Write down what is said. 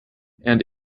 and